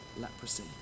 leprosy